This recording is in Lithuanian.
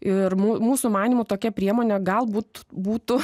ir mū mūsų manymu tokia priemonė galbūt būtų